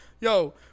yo